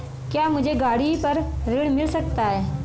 क्या मुझे गाड़ी पर ऋण मिल सकता है?